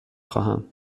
خواهم